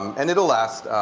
and it'll last.